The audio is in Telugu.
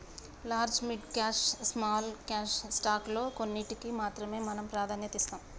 large mid cap small cap stock లో కొన్నింటికీ మాత్రమే మనం ప్రాధాన్యత ఇస్తాం